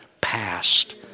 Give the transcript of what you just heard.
past